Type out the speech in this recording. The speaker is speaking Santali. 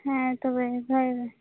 ᱦᱮᱸ ᱛᱚᱵᱮ ᱫᱚᱦᱚᱭ ᱢᱮ